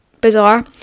Bizarre